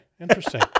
interesting